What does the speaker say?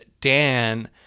Dan